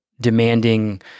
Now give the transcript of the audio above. demanding